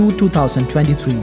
2023